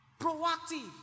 Proactive